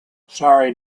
sorry